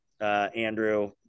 Andrew